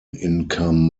income